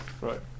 right